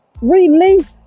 Release